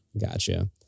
Gotcha